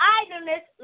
idleness